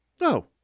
No